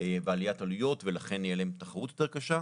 ועליית עלויות, ולכן תהיה להם תחרות יותר קשה,